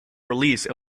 release